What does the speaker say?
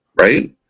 right